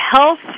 health